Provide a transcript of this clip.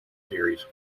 series